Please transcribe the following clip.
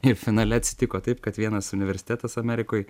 ir finale atsitiko taip kad vienas universitetas amerikoj